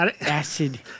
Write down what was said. Acid